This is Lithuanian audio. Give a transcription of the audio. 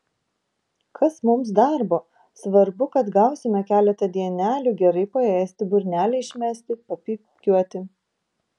kas mums darbo svarbu kad gausime keletą dienelių gerai paėsti burnelę išmesti papypkiuoti